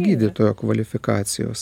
gydytojo kvalifikacijos